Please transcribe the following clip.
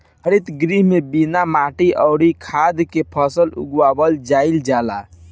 हरित गृह में बिना माटी अउरी खाद के फसल उगावल जाईल जाला